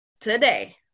today